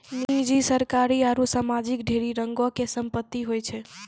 निजी, सरकारी आरु समाजिक ढेरी रंगो के संपत्ति होय छै